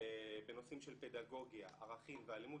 בנושאים של פדגוגיה, ערכים ואלימות.